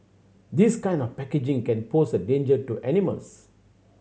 this kind of packaging can pose a danger to animals